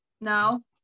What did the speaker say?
No